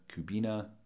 Kubina